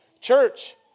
Church